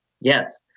Yes